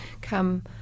come